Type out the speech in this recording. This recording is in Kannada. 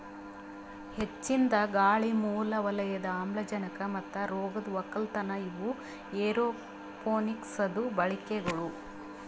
ಹೆಚ್ಚಿಂದ್ ಗಾಳಿ, ಮೂಲ ವಲಯದ ಆಮ್ಲಜನಕ ಮತ್ತ ರೋಗದ್ ಒಕ್ಕಲತನ ಇವು ಏರೋಪೋನಿಕ್ಸದು ಬಳಿಕೆಗೊಳ್